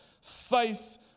Faith